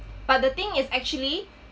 but the thing is actually